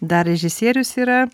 dar režisierius yra